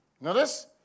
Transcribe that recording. Notice